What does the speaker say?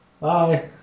bye